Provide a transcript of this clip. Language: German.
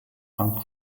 funk